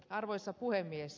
arvoisa puhemies